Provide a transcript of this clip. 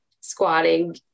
squatting